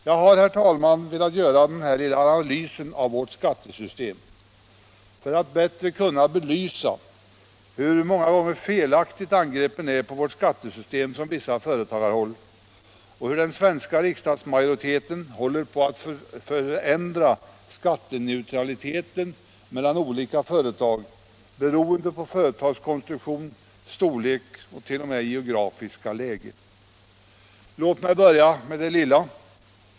Jag har, herr talman, velat göra den här lilla analysen av vårt skattesystem för att bättre kunna belysa hur felaktiga angreppen på vårt skattesystem från vissa företagarhåll är och hur den nuvarande riksdagsmajoriteten håller på att förändra skatteneutraliteten mellan olika företag beroende på företagsstruktur, storlek och t.o.m. geografiskt läge. Låt mig börja med det lilla.